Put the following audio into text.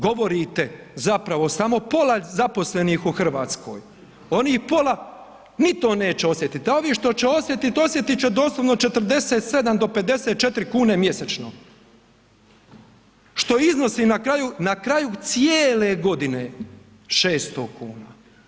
Govorite zapravo samo pola zaposlenih u Hrvatskoj, oni pola ni to neće osjetiti, a ovi što će osjetit, osjetit će doslovno 47 do 54 kune mjesečno, što iznosi na kraju cijele godine 600 kuna.